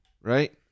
Right